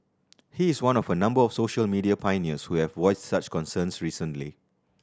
he is one of a number of social media pioneers who have voiced such concerns recently